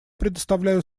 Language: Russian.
предоставляю